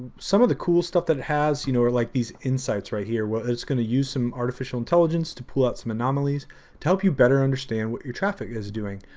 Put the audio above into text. some of the cool stuff that it has you know are like these insights right here. it's gonna use some artificial intelligence to pull out some anomalies to help you better understand what your traffic is doing,